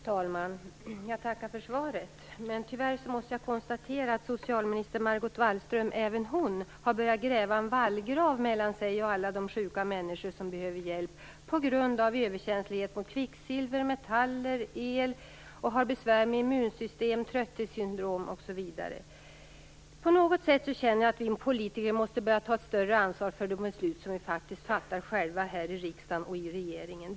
Fru talman! Jag tackar för svaret, men tyvärr måste jag konstatera att även socialminister Margot Wallström har börjat gräva en vallgrav mellan sig och alla de sjuka människor som behöver hjälp på grund av överkänslighet mot kvicksilver, metaller eller el och som har besvär med immunsystem, trötthetssyndrom osv. På något sätt känner jag att vi politiker måste börja ta ett större ansvar för de beslut som vi faktiskt själva fattar här i riksdagen och i regeringen.